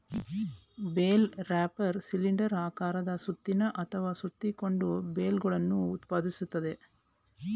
bale wrapper cylinder ಆಕಾರದ ಸುತ್ತಿನ ಅಥವಾ ಸುತ್ತಿಕೊಂಡ ಬೇಲ್ಗಳನ್ನು ಉತ್ಪಾದಿಸ್ತದೆ